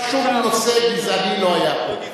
שום נושא גזעני לא היה פה.